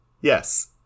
Yes